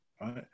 right